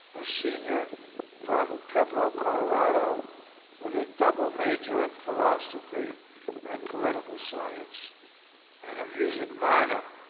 a senior from pueblo, colorado with a double major in philosophy and political science and a music minor.